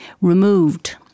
removed